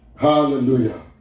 Hallelujah